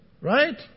Right